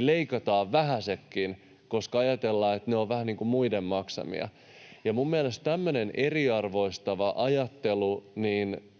leikataan vähäisetkin, koska ajatellaan, että ne ovat vähän niin kuin muiden maksamia — olen jotenkin todella sanaton tämmöisestä eriarvoistavasta ajattelusta.